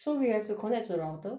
so we have to connect to the router